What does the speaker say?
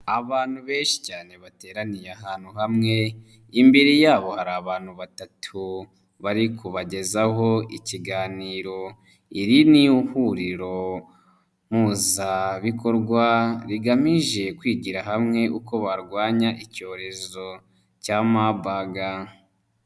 Abantu benshi cyane bateraniye ahantu hamwe, imbere yabo hari abantu batatu bari kubagezaho ikiganiro. Iri ni huriro mpuzabikorwa, rigamije kwigira hamwe uko barwanya icyorezo cya Mabaga.